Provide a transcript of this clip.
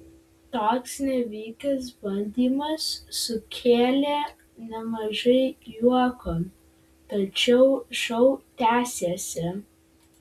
toks nevykęs bandymas sukėlė nemažai juoko tačiau šou tęsėsi